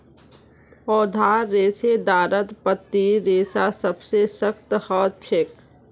पौधार रेशेदारत पत्तीर रेशा सबसे सख्त ह छेक